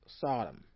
Sodom